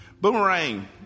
Boomerang